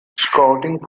scouting